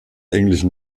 englischen